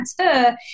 transfer